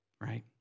right